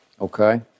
Okay